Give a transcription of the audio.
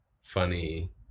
funny